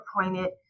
appointed